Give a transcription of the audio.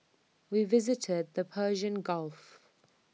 we visited the Persian gulf